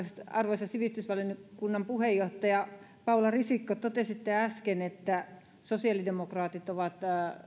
arvoisa sivistysvaliokunnan puheenjohtaja paula risikko totesitte äsken että sosiaalidemokraatit ovat